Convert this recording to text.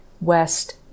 West